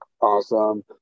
Awesome